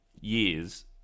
years